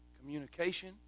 communication